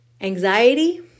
anxiety